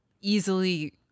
easily